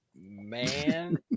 Man